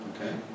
okay